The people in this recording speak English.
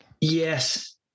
Yes